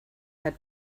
had